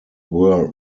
were